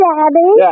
Daddy